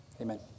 Amen